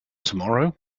tomorrow